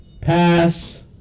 pass